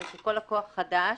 שכל לקוח חדש